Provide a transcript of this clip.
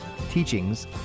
teachings